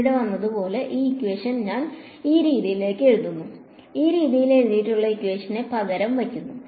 ഇവിടെ വന്നതുപോലെ ഞാൻ പകരം വയ്ക്കുന്നു